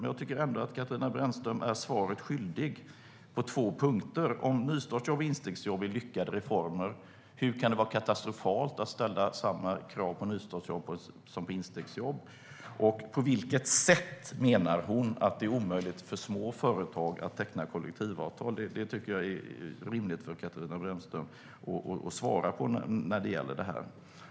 Jag tycker ändå att Katarina Brännström är svaret skyldig på två punkter. Om nystartsjobb och instegsjobb är lyckade reformer - hur kan det då vara katastrofalt att ställa samma krav på nystartsjobb som på instegsjobb? Och på vilket sätt menar hon att det är omöjligt för små företag att teckna kollektivavtal? Det tycker jag är rimligt för Katarina Brännström att svara på när det gäller detta.